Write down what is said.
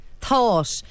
thought